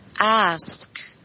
ask